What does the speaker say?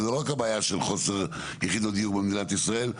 וזו לא רק הבעיה של מחסור יחידות דיור במדינת ישראל.